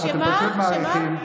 בכולנו,